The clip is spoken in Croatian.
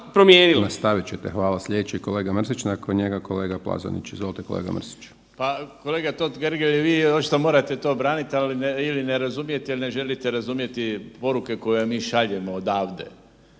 Nastavit ćete, hvala. Sljedeći je kolega Mrsić, nakon njega kolega Plazonić. Izvolite kolega Mrsiću. **Mrsić, Mirando (Demokrati)** Pa kolega Totgergeli vi očito morate to branit ili ne razumijete ili ne želite razumjeti poruke koje mi šaljemo odavde.